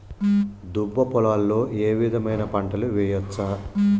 దుబ్బ పొలాల్లో ఏ విధమైన పంటలు వేయచ్చా?